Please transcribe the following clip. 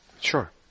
sure